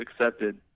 accepted